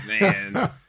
man